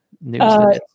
news